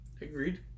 Agreed